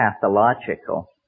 pathological